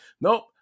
Nope